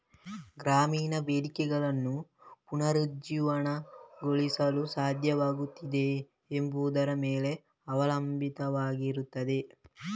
ಗ್ರಾಮೀಣ ಬೇಡಿಕೆಯನ್ನು ಪುನರುಜ್ಜೀವನಗೊಳಿಸಲು ಸಾಧ್ಯವಾಗುತ್ತದೆಯೇ ಎಂಬುದರ ಮೇಲೆ ಅವಲಂಬಿತವಾಗಿರುತ್ತದೆ